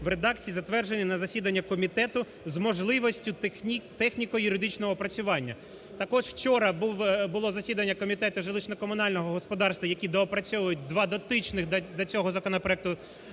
в редакції, затвердженій на засіданні комітету, з можливістю техніко-юридичного опрацювання. Так от вчора було засідання Комітету житлово-комунального господарства, які доопрацьовують два дотичних до цього законопроекту